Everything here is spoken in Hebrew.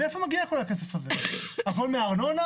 מאיפה מגיע כל הכסף הזה, הכול מארנונה?